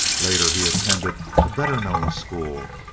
later he attended a better known school,